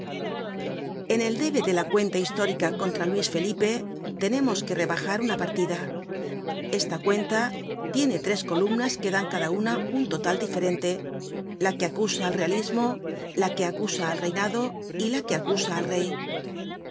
en el debe de la cuenta histórica contra luis felipe tenemos que rebajar una partida esta cuenta tiene tres columnas que dan cada una un total diferente la que acusa al realismo la que acusa al reinado y la que acusa al rey el